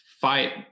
fight